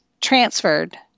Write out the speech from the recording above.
transferred